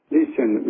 Listen